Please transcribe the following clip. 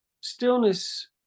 stillness